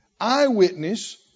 eyewitness